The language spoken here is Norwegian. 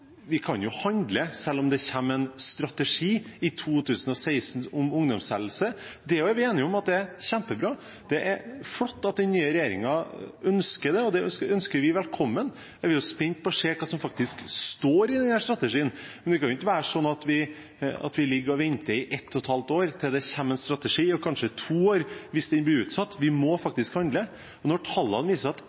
vi kan jo handle selv om det kommer en strategi i 2016 om ungdomshelse. Det er vi også enige om at er kjempebra. Det er flott at den nye regjeringen ønsker det, det ønsker vi velkommen, men vi er jo spente på å se hva som faktisk står i den strategien. Men det kan ikke være sånn at vi ligger og venter i et og et halvt år til det kommer en strategi – og kanskje to år hvis den blir utsatt – vi må faktisk handle. Og når tallene viser at